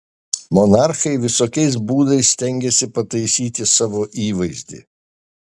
monarchai visokiais būdais stengėsi pataisyti savo įvaizdį